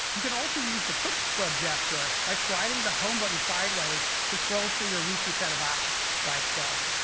you can also use the quick scrub gesture by sliding the home button sideways to scroll through your recent set of apps like so.